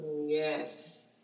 Yes